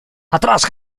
atrás